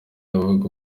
avuga